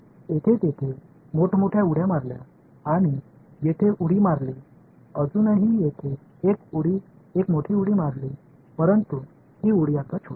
येथे तेथे मोठमोठ्या उड्या मारल्या आणि येथे उडी मारली अजूनही येथे एक मोठी उडी मारली परंतु हि उडी आता छोटि आहे